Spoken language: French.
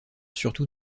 surtout